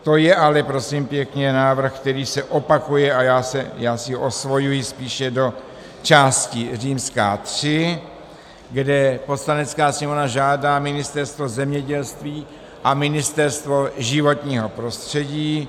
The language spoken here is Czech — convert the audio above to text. To je ale, prosím pěkně, návrh, který se opakuje, a já si osvojuji spíše do části III, kde Poslanecká sněmovna žádá Ministerstvo zemědělství a Ministerstvo životního prostředí